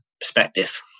perspective